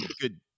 good